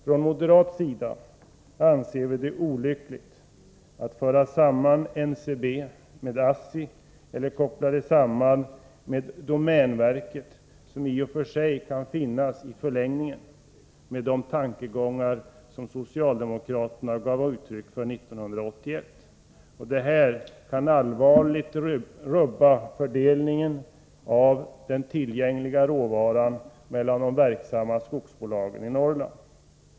Från moderat sida anser vi det olyckligt att föra samman NCB och ASSI eller koppla NCB samman med domänverket, som i och för sig kan finnas med i förlängningen enligt de tankegångar som socialdemokraterna gav uttryck för år 1981. Det här kan allvarligt rubba fördelningen av den tillgängliga råvaran mellan de verksamma skogsbolagen i Norrland.